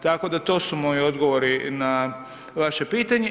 Tako da to su moji odgovori na vaše pitanje.